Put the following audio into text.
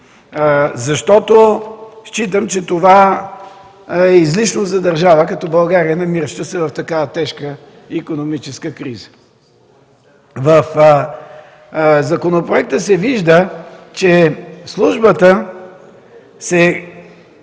начин. Считам, че това е излишно за държава като България, намираща се в такава тежка икономическа криза. В законопроекта се вижда, че службата се